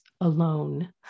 alone